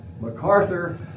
MacArthur